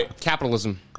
Capitalism